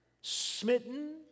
smitten